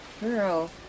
Girl